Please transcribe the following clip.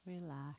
Relax